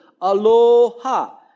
Aloha